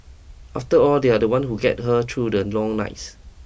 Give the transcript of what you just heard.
after all they are the ones who get her through the long nights